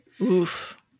Oof